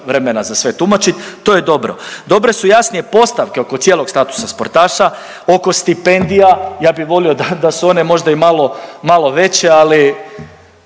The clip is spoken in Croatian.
vremena za sve tumačit. To je dobro. Dobre su jasnije postavke oko cijelog statusa sportaša, oko stipendija. Ja bi volio da su one možda i malo, malo